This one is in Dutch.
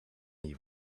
die